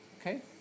Okay